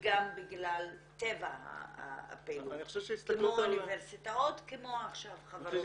וגם בגלל טבע הפעילות כמו אוניברסיטאות וכמו עכשיו -- אני חושב